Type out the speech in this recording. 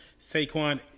Saquon